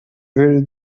very